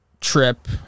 trip